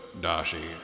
Dashi